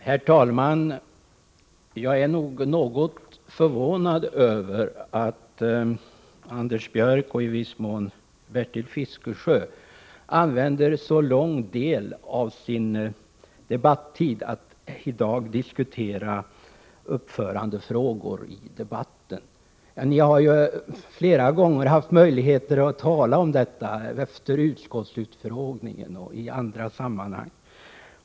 Herr talman! Jag är något förvånad över att Anders Björck, och i viss mån Bertil Fiskesjö, ägnar så stor del av sin debattid åt att i dag diskutera uppförandefrågor. Ni har flera gånger haft möjlighet att tala om detta ämne, såväl efter utskottsutfrågningen som i andra sammanhang.